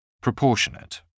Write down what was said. Proportionate